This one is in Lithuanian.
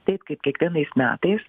taip kaip kiekvienais metais